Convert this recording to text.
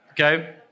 Okay